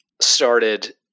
started